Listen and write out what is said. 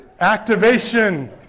Activation